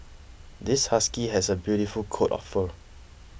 this husky has a beautiful coat of fur